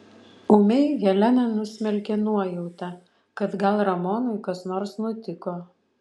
ūmiai heleną nusmelkė nuojauta kad gal ramonui kas nors nutiko